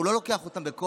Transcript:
הוא לא לוקח אותם בכוח.